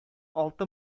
алты